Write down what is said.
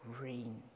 rain